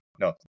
no